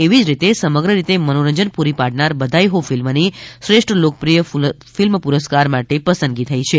એવી જ રીતે સમગ્ર રીતે મનોરંજન પુરી પાડનાર બધાઈ હો ફિલ્મની શ્રેષ્ઠ લોકપ્રિય ફિલ્મ પુરસ્કાર માટે પસંદગી થઈ છે